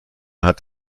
hat